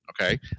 Okay